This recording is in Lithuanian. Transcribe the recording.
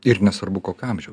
ir nesvarbu kokio amžiaus